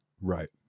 right